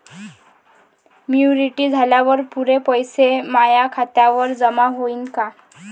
Maturity झाल्यावर पुरे पैसे माया खात्यावर जमा होईन का?